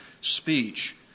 speech